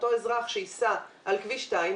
אותו אזרח שייסע על כביש 2,